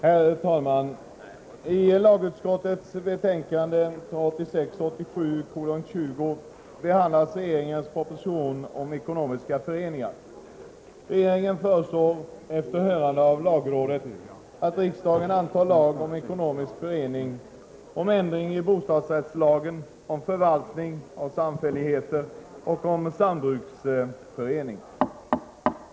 Herr talman! I lagutskottets betänkande 1986/87:20 behandlas regeringens proposition om ekonomiska föreningar. Regeringen föreslår — efter hörande av lagrådet — att riksdagen antar lag om ekonomiska föreningar, om ändring i bostadsrättslagen, om förvaltning av samfälligheter och om sambruksförening.